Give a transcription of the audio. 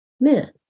men